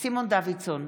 סימון דוידסון,